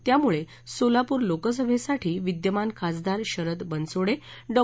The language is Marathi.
त्यामुळे सोलापूर लोकसभेसाठी विद्यमान खासदार शरद बनसोडे डॉ